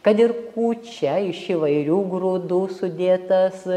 kad ir kūčia iš įvairių grūdų sudėtas